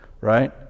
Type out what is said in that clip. right